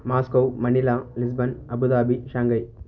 Moscow Manila Lisbon Abu Dhabi Shanghai